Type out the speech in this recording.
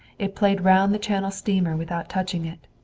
it played round the channel steamer without touching it.